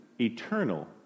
eternal